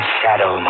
shadow